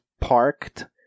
parked